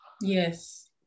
Yes